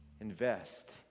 invest